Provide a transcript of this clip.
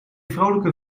vrolijke